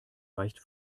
reicht